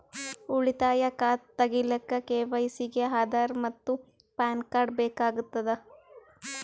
ಉಳಿತಾಯ ಖಾತಾ ತಗಿಲಿಕ್ಕ ಕೆ.ವೈ.ಸಿ ಗೆ ಆಧಾರ್ ಮತ್ತು ಪ್ಯಾನ್ ಕಾರ್ಡ್ ಬೇಕಾಗತದ